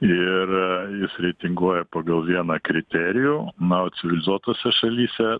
ir jis reitinguoja pagal vieną kriterijų na o civilizuotose šalyse